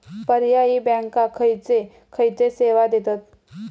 पर्यायी बँका खयचे खयचे सेवा देतत?